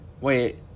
Wait